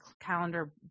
calendar